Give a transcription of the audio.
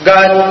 God